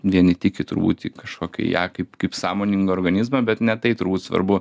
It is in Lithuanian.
vieni tiki turbūt į kažkokį ją kaip kaip sąmoningą organizmą bet ne tai turbūt svarbu